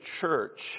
church